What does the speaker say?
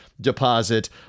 deposit